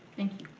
thank you.